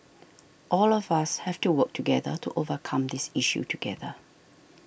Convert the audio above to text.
all of us have to work together to overcome this issue together